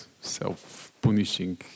self-punishing